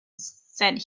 said